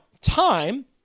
time